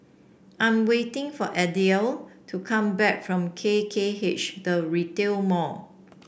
I'm waiting for Adelia to come back from K K H The Retail Mall